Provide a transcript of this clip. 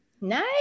nice